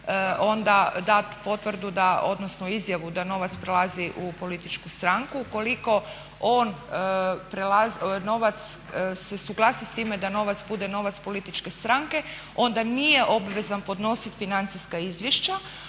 onda dati potvrdu da, odnosno izjavu da novac prelazi u političku stranku. Ukoliko on, se suglasi s time da novac bude novac političke stranke, onda nije obvezan podnositi financijska izvješća.